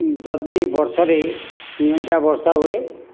ଯଦି ବର୍ଷରେ ନିଅଣ୍ଟିଆ ବର୍ଷା ହୁଏ